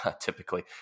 typically